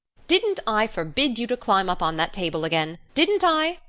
didn't i forbid you to climb up on that table again? didn't i?